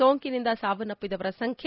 ಸೋಂಕಿನಿಂದ ಸಾವನ್ನಪ್ಪಿದವರ ಸಂಖ್ಯೆ